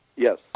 Yes